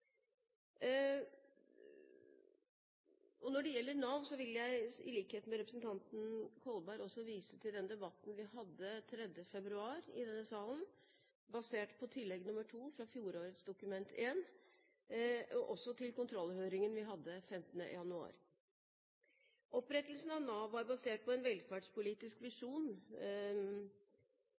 Når det gjelder Nav, vil jeg i likhet med representanten Kolberg også vise til den debatten vi hadde 2. mars i denne salen, basert på Tillegg 2 fra fjorårets Dokument 1, og også til kontrollhøringen vi hadde 15. januar. Opprettelsen av Nav var basert på en velferdspolitisk visjon,